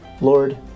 Lord